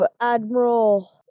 Admiral